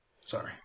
Sorry